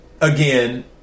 again